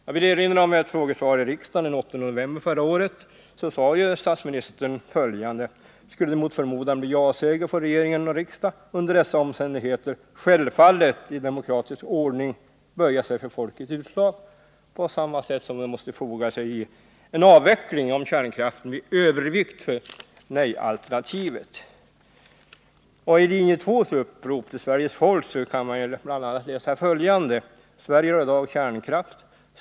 Jag vill erinra om att statsministern i ett frågesvar i riksdagen den 8 5 november förra året sade följande: ”Skulle det mot förmodan bli ja-seger får regering och riksdag under dessa omständigheter självfallet i demokratisk ordning böja sig för folkets utslag på samma sätt som de måste foga sig i en avveckling av kärnkraften vid övervikt för nej-alternativet.” Tlinje 2:s upprop till Sveriges folk kan man läsa bl.a. följande: Sverige har i dag kärnkraft.